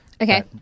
Okay